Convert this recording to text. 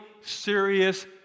serious